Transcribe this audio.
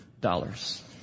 dollars